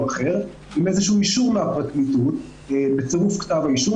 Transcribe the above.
אחר עם איזשהו אישור מן הפרקליטות בצירוף כתב האישום,